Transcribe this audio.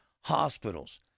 hospitals